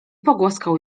pogłaskał